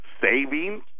Savings